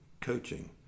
coaching